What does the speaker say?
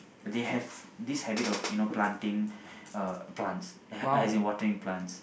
they have this habit of you know planting uh plants as in watering plants